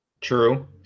True